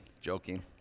joking